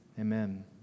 Amen